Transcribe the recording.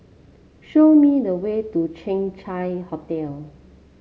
show me the way to Chang Chai Hotel